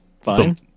fine